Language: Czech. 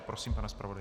Prosím, pane zpravodaji.